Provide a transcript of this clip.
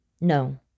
No